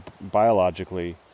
biologically